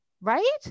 right